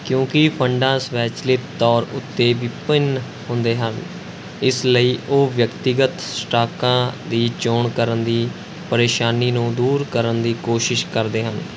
ਕਿਉਂਕਿ ਫੰਡਾਂ ਸਵੈਚਲਿਤ ਤੌਰ ਉੱਤੇ ਵਿਭਿੰਨ ਹੁੰਦੇ ਹਨ ਇਸ ਲਈ ਉਹ ਵਿਅਕਤੀਗਤ ਸਟਾਕਾਂ ਦੀ ਚੋਣ ਕਰਨ ਦੀ ਪਰੇਸ਼ਾਨੀ ਨੂੰ ਦੂਰ ਕਰਨ ਦੀ ਕੋਸ਼ਿਸ਼ ਕਰਦੇ ਹਨ